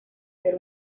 ser